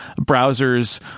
browsers